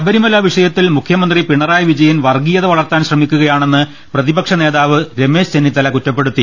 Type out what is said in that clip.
ശബരിമല വിഷയത്തിൽ മുഖ്യമന്ത്രി പിണറായി വിജ യൻ വർഗ്ഗീയത വളർത്താൻ ശ്രമിക്കുകയാണെന്ന് പ്രതി പക്ഷ നേതാവ് രമേശ് ചെന്നിത്തല കുറ്റപ്പെടുത്തി